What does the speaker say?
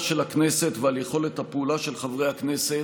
של הכנסת ועל יכולת הפעולה של חברי הכנסת.